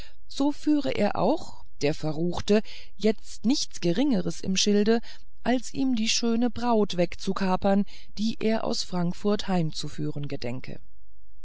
so führe er auch der verruchte jetzt nichts geringeres im schilde als ihm die schöne braut wegzukapern die er aus frankfurt heimzuführen gedenke